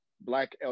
Black